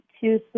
two